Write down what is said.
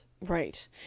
right